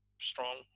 strong